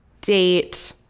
date